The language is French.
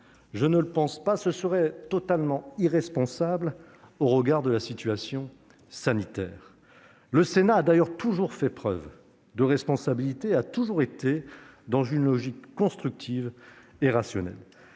Je ne le pense pas : ce serait totalement irresponsable au regard de la situation sanitaire. Le Sénat a d'ailleurs toujours fait preuve de responsabilité et a toujours agi dans une logique constructive et rationnelle.